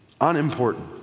unimportant